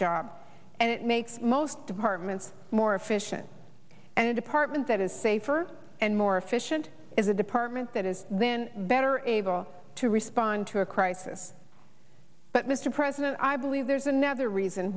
job and it makes most departments more efficient and a department that is safer and more efficient as a department that is then better able to respond to a crisis but mr president i believe there's another reason